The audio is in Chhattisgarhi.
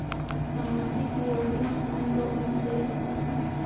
समाजिक योजना कोन लोग मन ले सकथे?